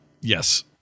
Yes